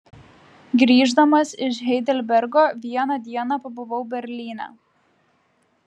grįždamas iš heidelbergo vieną dieną pabuvau berlyne